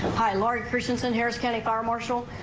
hi large persons in harris county fire marshal.